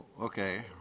okay